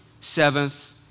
seventh